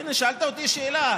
הינה, שאלת אותי שאלה.